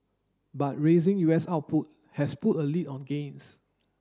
but raising U S output has put a lid on gains